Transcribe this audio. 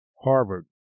Harvard